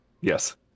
Yes